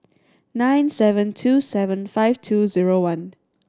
nine seven two seven five two zero one